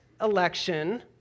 election